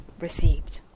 received